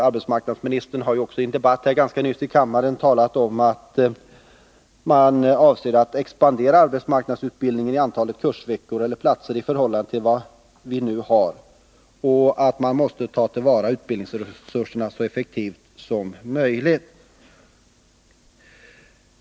Arbetsmarknadsministern har också nyligen i en debatt i kammaren talat om att man avser att expandera arbetsmarknadsutbildningen i antalet kursveckor eller platser i förhållande till vad man nu har och att vi därför måste ta till vara utbildningsresurserna så effektivt som möjligt.